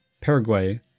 Paraguay